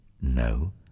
No